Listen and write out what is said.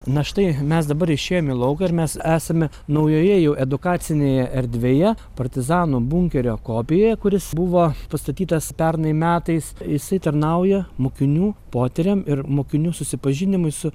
na štai mes dabar išėjom į lauką ir mes esame naujoje jau edukacinėje erdvėje partizanų bunkerio kopija kuris buvo pastatytas pernai metais jisai tarnauja mokinių potyriam ir mokinių susipažinimui su